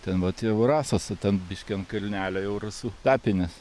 ten vat jau rasos o ten biški ant kalnelio jau rasų kapinės